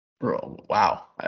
Wow